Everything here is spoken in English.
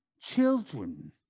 children